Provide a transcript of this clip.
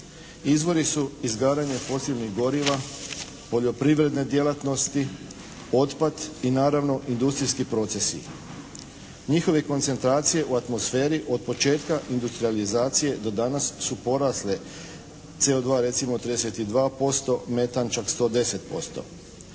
Izvori su izgaranje posebnih goriva, poljoprivredne djelatnosti, otpad i naravno industrijski procesi. Njihove koncentracije u atmosferi od početka industrijalizacije do danas su porasle. CO2 recimo 32%, metan čak 110%.